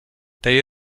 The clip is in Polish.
tej